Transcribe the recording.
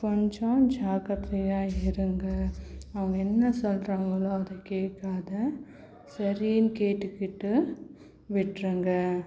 கொஞ்சம் ஜாக்கிரதையாக இருங்க அவங்க என்ன சொல்றாங்களோ அதை கேட்காத சரின்னு கேட்டுக்கிட்டு விட்டிருங்க